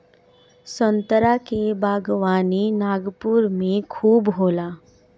संतरा के बागवानी नागपुर में खूब होला